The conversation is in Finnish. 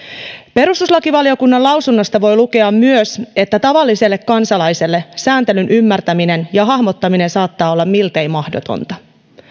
perustuslakivaliokunnan lausunnosta voi lukea myös että tavalliselle kansalaiselle sääntelyn ymmärtäminen ja hahmottaminen saattaa olla miltei mahdotonta